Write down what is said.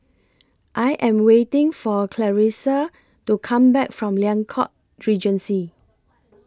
I Am waiting For Clarisa to Come Back from Liang Court Regency